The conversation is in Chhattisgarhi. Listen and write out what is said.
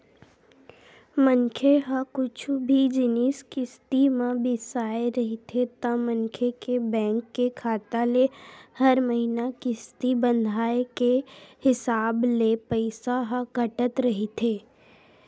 मनखे ह कुछु भी जिनिस किस्ती म बिसाय रहिथे ता मनखे के बेंक के खाता ले हर महिना किस्ती बंधाय के हिसाब ले पइसा ह कटत रहिथे